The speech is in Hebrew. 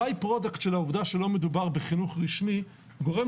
הביי-פרודקט של העובדה שלא מדובר בחינוך רשמי גורם